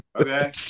Okay